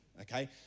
okay